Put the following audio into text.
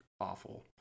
awful